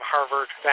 Harvard